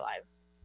lives